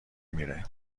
میره